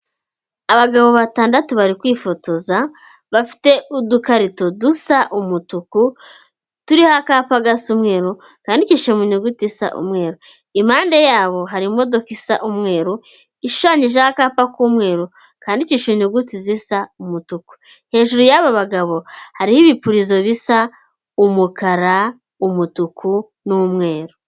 Abagabo batandatu bari kwifotoza, bafite udukarito dusa umutuku, turiho akapa gasa umweru, kandikishije mu nyuguti isa umweru. Impande yabo hari imodoka isa umweru, ishushanyijeho akapa k'umweru, kandikishije inyuguti zisa umutuku. Hejuru y'aba bagabo, hariho ibipirizo bisa umukara, umutuku n'umweru.